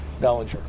Bellinger